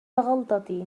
غلطتي